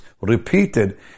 repeated